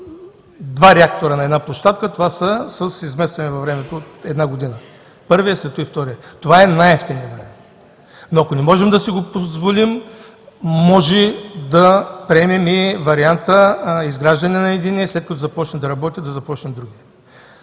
два реактора на една площадка е с изместване във времето от една година – първият, след това вторият. Това е най-евтиният вариант. Но ако не можем да си го позволим, може да приемем и варианта изграждане на единия, след като започне да работи, да започне другият.